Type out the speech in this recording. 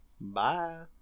Bye